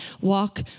walk